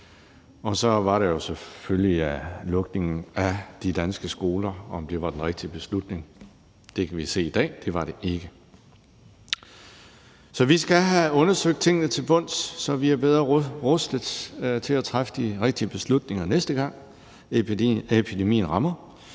Og så er der jo selvfølgelig det med, om nedlukningen af de danske skoler var den rigtige beslutning. Det kan vi se i dag at det ikke var. Så vi skal have undersøgt tingene til bunds, så vi er bedre rustet til at træffe de rigtige beslutninger, næste gang epidemien rammer.